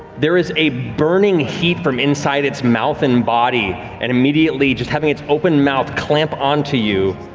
there is a burning heat from inside its mouth and body and immediately, just having its open mouth clamp onto you,